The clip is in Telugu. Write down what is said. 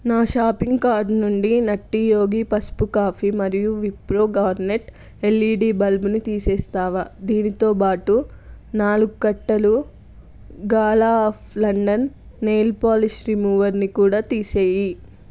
నా షాపింగ్ కార్ట్ నుండి నట్టీ యోగి పసుపు కాఫీ మరియు విప్రో గార్నెట్ ఎల్ఈడి బల్బుని తీసేస్తావా దీనితో పాటు నాలుగు కట్టలు Gala of London nail polish రిమూవర్ని కూడా తీసేయి